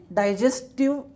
digestive